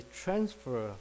transfer